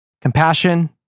compassion